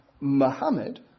Muhammad